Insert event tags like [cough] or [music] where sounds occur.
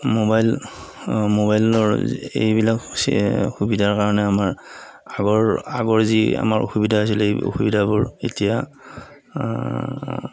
mobile ম'বাইলৰ এইবিলাক [unintelligible] সুবিধাৰ কাৰণে আমাৰ আগৰ আগৰ যি আমাৰ অসুবিধা হৈছিলে এই অসুবিধাবোৰ এতিয়া